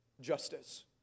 justice